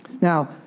now